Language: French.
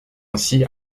ainsi